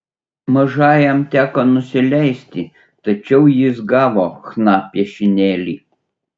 mažajam teko nusileisti tačiau jis gavo chna piešinėlį